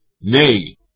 Nay